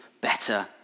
better